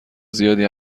زیادی